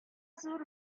зур